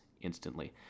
instantly